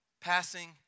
passing